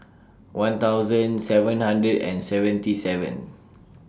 one thousand seven hundred and seventy seven